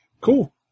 cool